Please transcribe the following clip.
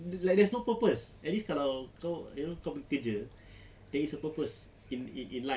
like there's no purpose at least kalau kau you know kau gi kerja there is a purpose I in life